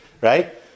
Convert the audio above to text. Right